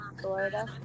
Florida